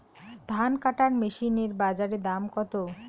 ধান কাটার মেশিন এর বাজারে দাম কতো?